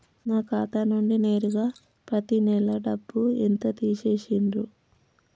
నా ఖాతా నుండి నేరుగా పత్తి నెల డబ్బు ఎంత తీసేశిర్రు?